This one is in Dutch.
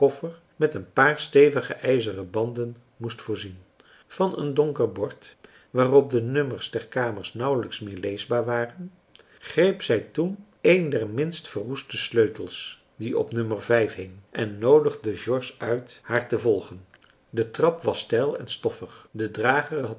met een paar stevige ijzeren banden moest voorzien van een donker bord waarop de nummers der kamers nauwelijks meer leesbaar waren greep zij toen een der marcellus emants een drietal novellen minst verroeste sleutels die op o hing en noodigde george uit haar te volgen de trap was steil en stoffig de drager